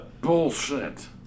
Bullshit